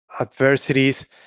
Adversities